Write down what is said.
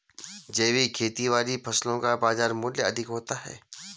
जैविक खेती वाली फसलों का बाजार मूल्य अधिक होता है